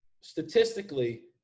statistically